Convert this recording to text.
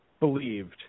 believed